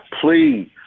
Please